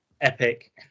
epic